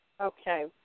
Okay